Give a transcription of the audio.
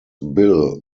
bill